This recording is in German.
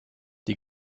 die